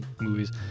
movies